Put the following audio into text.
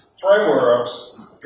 frameworks